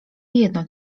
jedno